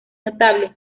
notable